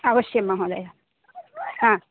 अवश्यं महोदय